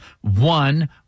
One